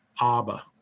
Abba